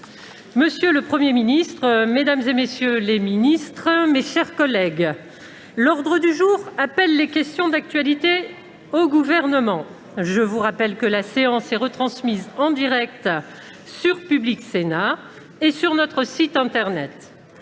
Monsieur le Premier ministre, mesdames, messieurs les ministres, mes chers collègues, l'ordre du jour appelle les réponses à des questions d'actualité au Gouvernement. Je rappelle que la séance est retransmise en direct sur Public Sénat et sur notre site internet.